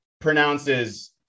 pronounces